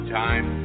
time